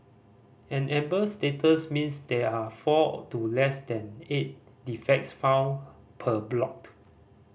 an amber status means there are four to less than eight defects found per block